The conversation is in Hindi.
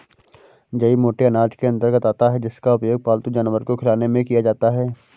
जई मोटे अनाज के अंतर्गत आता है जिसका उपयोग पालतू जानवर को खिलाने में किया जाता है